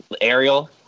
Ariel